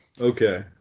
Okay